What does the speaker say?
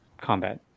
combat